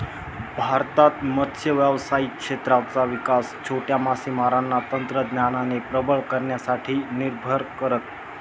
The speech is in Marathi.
भारतात मत्स्य व्यावसायिक क्षेत्राचा विकास छोट्या मासेमारांना तंत्रज्ञानाने प्रबळ करण्यासाठी निर्भर करत